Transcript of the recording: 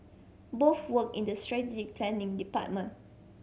both worked in the strategic planning department